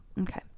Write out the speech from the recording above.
Okay